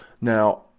Now